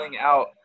out